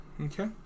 Okay